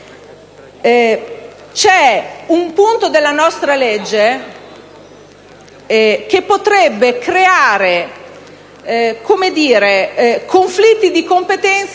c'è un punto della nostra legge che potrebbe creare conflitti di competenze